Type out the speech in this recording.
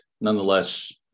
nonetheless